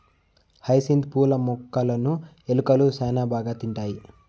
hyacinth పూల మొక్కలును ఎలుకలు శ్యాన బాగా తింటాయి